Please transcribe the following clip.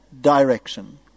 direction